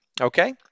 okay